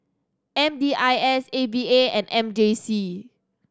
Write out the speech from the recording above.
M D I S A V A and M J C